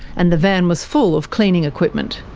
and the van was full of cleaning equipment.